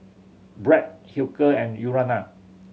Bragg Hilker and Urana